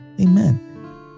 Amen